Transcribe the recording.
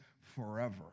forever